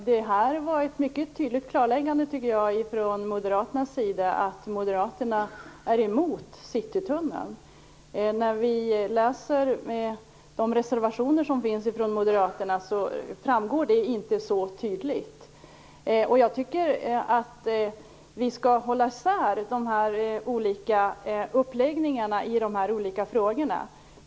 Herr talman! Det var ett mycket tydligt klarläggande, tycker jag, från Moderaternas sida om att man är emot Citytunneln. I de reservationer som finns från Moderaterna, framgår det inte så tydligt. Jag tycker att vi skall hålla isär uppläggningarna i de här olika frågorna.